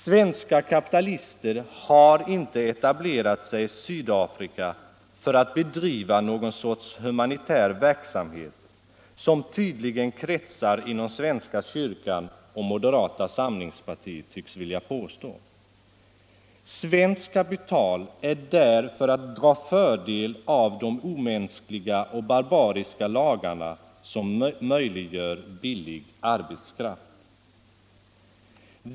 Svenska kapitalister har inte etablerat sig i Sydafrika för att bedriva någon sorts humanitär verksamhet, som tydligen kretsar inom svenska kyrkan och moderata samlingspartiet tycks vilja påstå. Svenskt kapital är där för att dra fördel av de omänskliga och barbariska lagarna som möjliggör billig arbetskraft.